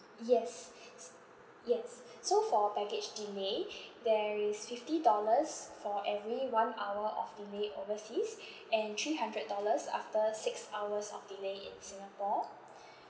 yes s~ yes so for baggage delay there is fifty dollars for every one hour of delay overseas and three hundred dollars after six hours of delay in singapore